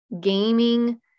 gaming